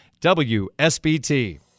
wsbt